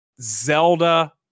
Zelda